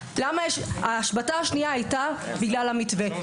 ההשבתה השנייה הייתה בגלל המתווה.